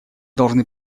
должны